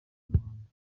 nyarwanda